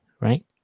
right